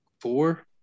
four